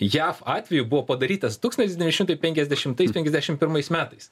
jav atveju buvo padarytas tūkstantis devyni šimtai penkiasdešimtais penkiasdešimt pirmais metais